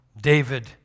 David